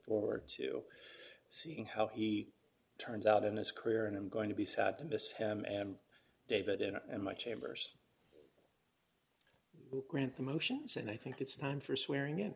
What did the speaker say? forward to seeing how he turns out in his career and i'm going to be sad to miss him and david and and my chambers grant the motions and i think it's time for swearing in